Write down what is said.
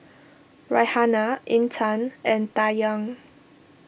Raihana Intan and Dayang